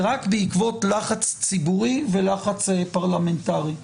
ורק בעקבות לחץ ציבורי ולחץ פרלמנטרי.